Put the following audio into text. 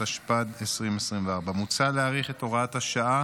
התשפ"ד 2024. מוצע להאריך את הוראת השעה